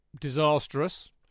disastrous